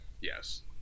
Yes